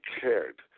cared